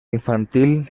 infantil